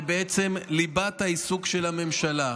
זה בעצם ליבת העיסוק של הממשלה.